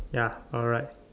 ya alright